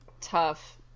tough